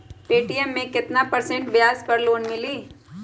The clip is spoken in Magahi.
पे.टी.एम मे केतना परसेंट ब्याज पर लोन मिली?